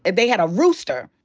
and they had a rooster.